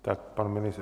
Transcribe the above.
Tak pan ministr...